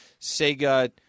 Sega